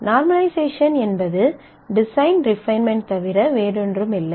normalisation என்பது design refinement தவிர வேறொன்றுமில்லை